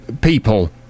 people